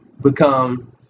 become